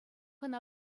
ӑна